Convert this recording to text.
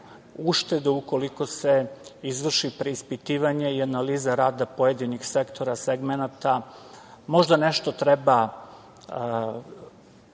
uštede, ukoliko se izvrši preispitivanje i analiza rada pojedinih sektora, segmenata. Možda nešto treba